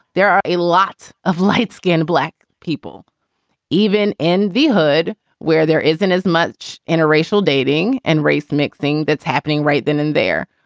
there are a lot of light skinned black people even in the hood where there isn't as much interracial dating and race mixing that's happening right then and there.